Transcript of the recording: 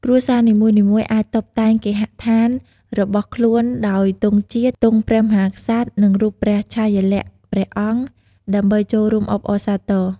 គ្រួសារនីមួយៗអាចតុបតែងគេហដ្ឋានរបស់ខ្លួនដោយទង់ជាតិ ទង់ព្រះមហាក្សត្រ និងរូបព្រះឆាយាល័ក្ខណ៍ព្រះអង្គ ដើម្បីចូលរួមអបអរសាទរ។